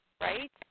Right